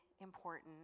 important